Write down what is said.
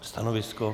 Stanovisko?